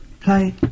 play